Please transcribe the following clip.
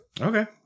Okay